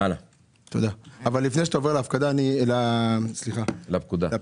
לפני שאתה עובר להגדרת "פקודה",